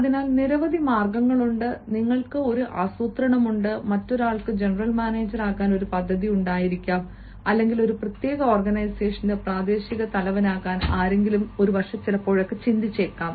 അതിനാൽ നിരവധി മാർഗങ്ങളുണ്ട് നിങ്ങൾക്ക് ഒരു ആസൂത്രണമുണ്ട് മറ്റൊരാൾക്ക് ജനറൽ മാനേജരാകാൻ ഒരു പദ്ധതി ഉണ്ടായിരിക്കാം അല്ലെങ്കിൽ ഒരു പ്രത്യേക ഓർഗനൈസേഷന്റെ പ്രാദേശിക തലവനാകാൻ ആരെങ്കിലും ചിന്തിച്ചിരിക്കാം